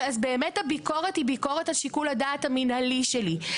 אז באמת הביקורת היא ביקורת על שיקול הדעת המינהלי שלי.